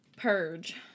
Purge